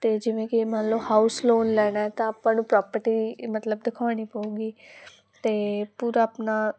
ਅਤੇ ਜਿਵੇਂ ਕਿ ਮੰਨ ਲਉ ਹਾਊਸ ਲੋਨ ਲੈਣਾ ਹੈ ਤਾਂ ਆਪਾਂ ਨੂੰ ਪ੍ਰੋਪਰਟੀ ਮਤਲਬ ਦਿਖਾਉਣੀ ਪਊਗੀ ਅਤੇ ਪੂਰਾ ਆਪਣਾ